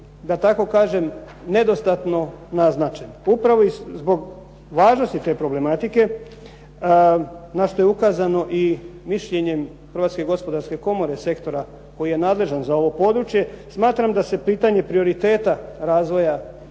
da tako kažem nedostatno naznačen. Upravo i zbog važnosti te problematike na što je ukazano i mišljenjem Hrvatske gospodarske komore sektora koji je nadležan za ovo područje smatram da se pitanje prioriteta razvoja